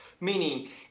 Meaning